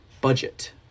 budget